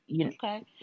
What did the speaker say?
okay